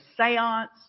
seance